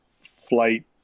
flight